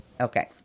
Okay